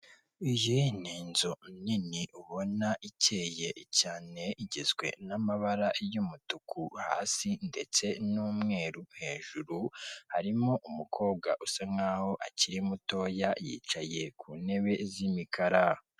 Iyi ni inzu nini ubona ikeye cyane igizwe n'amabara y'umutuku hasi ndetse n'umweru hejuru, harimo umukobwa usa n'aho akiri mutoya yicaye ku ntebe z'imikara.